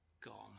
gone